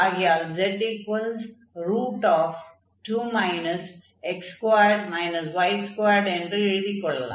ஆகையால் z2 x2y2 என்று எழுதிக் கொள்ளலாம்